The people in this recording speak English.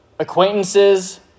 acquaintances